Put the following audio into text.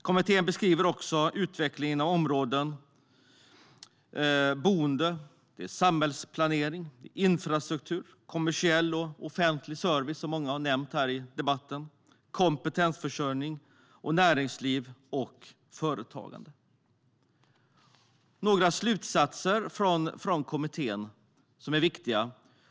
Kommittén beskriver också utvecklingen av områden, boenden, samhällsplanering, infrastruktur, kommersiell och offentlig service, kompetensförsörjning, näringsliv och företagande. Några av kommitténs slutsatser är viktiga.